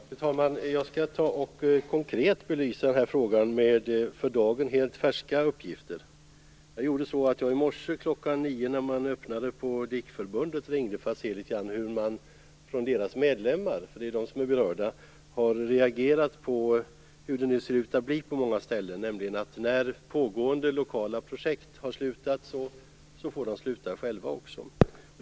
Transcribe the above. Fru talman! Jag skall ta och konkret belysa den här frågan med för dagen helt färska uppgifter. I morse kl. 9, när man öppnade på DIK-förbundet, ringde jag för att höra litet grand hur deras medlemmar - det är ju de som är berörda - har reagerat på hur det nu ser ut att bli på många ställen, nämligen att när pågående lokala projekt har slutat får de själva också sluta.